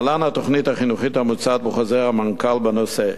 להלן התוכנית החינוכית המוצעת בחוזר המנכ"ל בנושא: